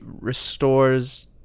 restores